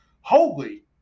holy